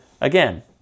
again